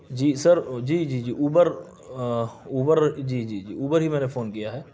جی sir جی جی Uber Uber جی جی اوبر ہی میں نے فون کیا ہے